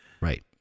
right